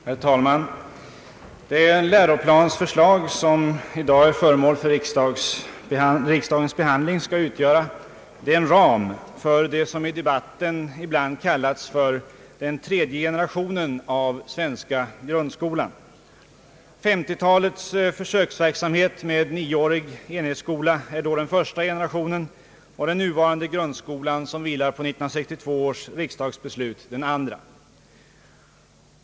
Herr talman! Det läroplansförslag som i dag är föremål för riksdagens behandling skall utgöra ramen för det som i debatten ibland kallas för den tredje generationen av den svenska grundskolan. 1950-talets försöksverksamhet med nioårig enhetsskola är då den första generationen, och den nu varande grundskolan, som vilar på 1962 års riksdagsbeslut, är den andra generationen.